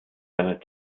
seiner